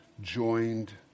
joined